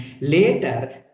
later